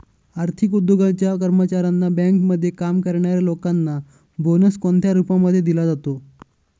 आर्थिक उद्योगाच्या कर्मचाऱ्यांना, बँकेमध्ये काम करणाऱ्या लोकांना बोनस कोणत्या रूपामध्ये दिला जातो?